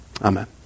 amen